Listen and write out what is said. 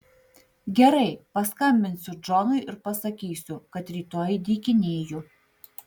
gerai paskambinsiu džonui ir pasakysiu kad rytoj dykinėju